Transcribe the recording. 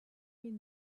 mean